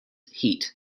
heat